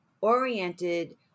oriented